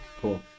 Cool